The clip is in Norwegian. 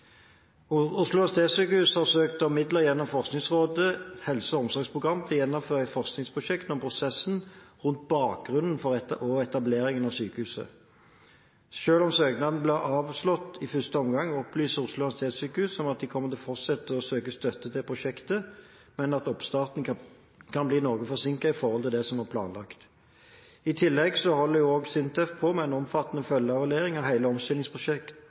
Oslo universitetssykehus har søkt om midler gjennom Forskningsrådets helse- og omsorgsprogram til å gjennomføre et forskningsprosjekt om prosessen rundt bakgrunnen for og etableringen av sykehuset. Selv om søknaden ble avslått i første omgang, opplyser Oslo universitetssykehus om at de kommer til å fortsette å søke støtte til prosjektet, men at oppstarten kan bli noe forsinket i forhold til det som var planlagt. I tillegg holder også SINTEF på med en omfattende følgeevaluering av hele